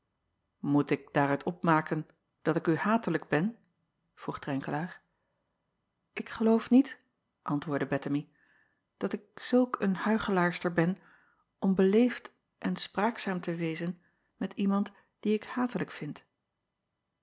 oet ik daaruit opmaken dat ik u hatelijk ben vroeg renkelaer k geloof niet antwoordde ettemie dat ik zulk een huichelaarster ben om beleefd en spraakzaam te wezen met iemand dien ik hatelijk vind